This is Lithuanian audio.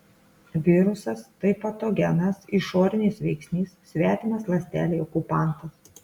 virusas tai patogenas išorinis veiksnys svetimas ląstelei okupantas